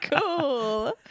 cool